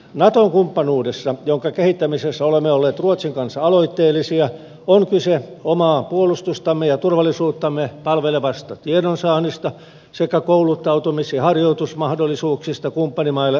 nato kumppanuudessa jonka kehittämisessä olemme olleet ruotsin kanssa aloitteellisia on kyse omaa puolustustamme ja turvallisuuttamme palvelevasta tiedonsaannista sekä kouluttautumis ja harjoitusmahdollisuuksista kumppanimaille avoimissa toiminnoissa